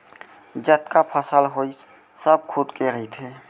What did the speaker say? जतका फसल होइस सब खुद के रहिथे